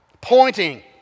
pointing